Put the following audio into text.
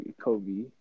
Kobe